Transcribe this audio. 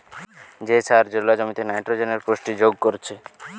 যে সার জোলা জমিতে নাইট্রোজেনের পুষ্টি যোগ করছে